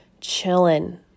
chilling